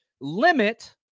limit